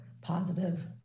positive